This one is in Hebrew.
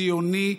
ציוני,